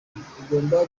igomba